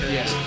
Yes